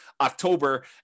October